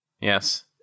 Yes